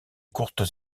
courtes